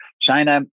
China